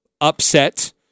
upset